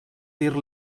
dir